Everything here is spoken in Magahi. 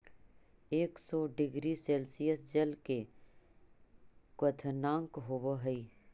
एक सौ डिग्री सेल्सियस जल के क्वथनांक होवऽ हई